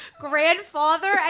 grandfather